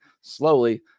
slowly